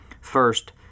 First